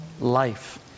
life